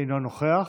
אינו נוכח,